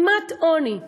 כמעט עוני.